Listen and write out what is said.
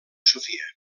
sofia